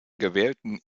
gewählten